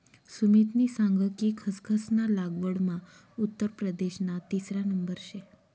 सुमितनी सांग कि खसखस ना लागवडमा उत्तर प्रदेशना तिसरा नंबर शे